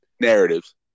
narratives